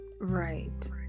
right